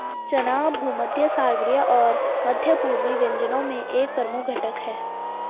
चना भूमध्यसागरीय और मध्य पूर्वी व्यंजनों में एक प्रमुख घटक है